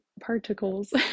particles